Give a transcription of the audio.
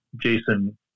Jason